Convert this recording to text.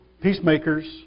peacemakers